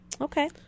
Okay